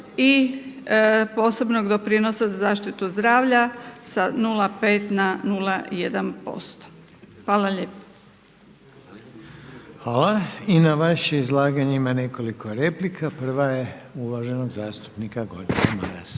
i posebnog doprinosa za zaštitu zdravlja sa 0,5 na 0,1%. Hvala lijepa. **Reiner, Željko (HDZ)** Hvala. I na vaše izlaganje ima nekoliko replika. Prva je uvaženog zastupnika Gordana Marasa.